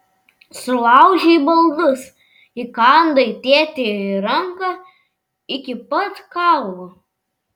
sulaužei baldus įkandai tėtei į ranką iki pat kaulo